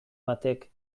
batek